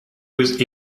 with